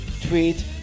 tweet